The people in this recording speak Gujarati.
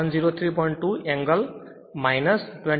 2 એંગલ 27